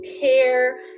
care